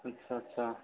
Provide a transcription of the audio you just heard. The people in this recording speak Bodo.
आदसा आदसा